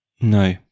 No